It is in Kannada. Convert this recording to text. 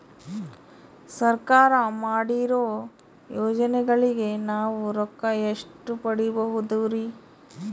ಸರ್ಕಾರ ಮಾಡಿರೋ ಯೋಜನೆಗಳಿಗೆ ನಾವು ರೊಕ್ಕ ಎಷ್ಟು ಪಡೀಬಹುದುರಿ?